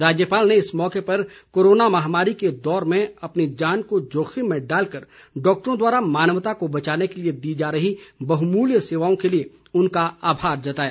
राज्यपाल ने इस मौके पर कोरोना महामारी के दौर में अपनी जान को जोखिम में डालकर डॉक्टरों द्वारा मानवता को बचाने के लिए दी जा रही बहमूल्य सेवाओं के लिए उनका आभार जताया